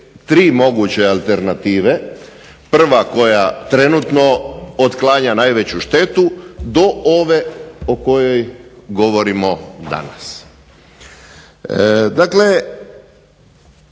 tri moguće alternative, prva koja trenutno otklanja najveću štetu, do ove o kojoj govorimo danas.